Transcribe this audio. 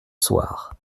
soir